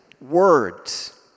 words